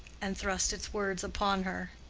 and thrust its words upon her.